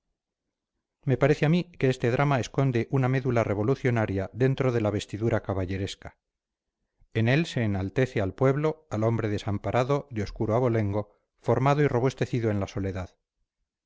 me parece a mí que este drama esconde una médula revolucionaria dentro de la vestidura caballeresca en él se enaltece al pueblo al hombre desamparado de obscuro abolengo formado y robustecido en la soledad